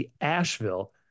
Asheville